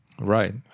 Right